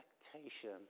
expectation